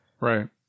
Right